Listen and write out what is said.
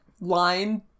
line